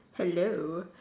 hello